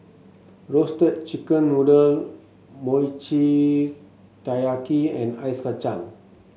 Roasted Chicken Noodle Mochi Taiyaki and Ice Kachang